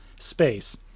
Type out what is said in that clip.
space